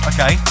Okay